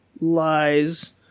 lies